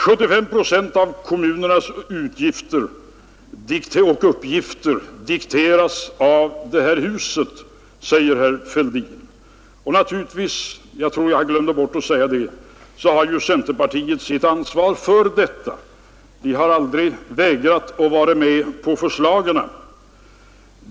75 procent av kommunernas utgifter och uppgifter dikteras av det här huset, säger herr Fälldin. Naturligtvis — jag tror att jag glömde bort att säga det tidigare — har centerpartiet sitt ansvar för detta. Ni har aldrig vägrat att vara med på förslagen.